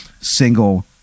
single